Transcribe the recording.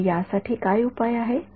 तर यासाठी काय उपाय आहे